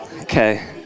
Okay